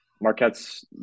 Marquette's